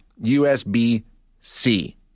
USB-C